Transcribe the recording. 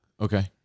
Okay